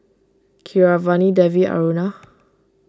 Keeravani Devi Aruna